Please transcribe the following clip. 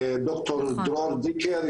לד"ר דרור דיקר,